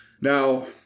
Now